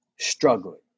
struggling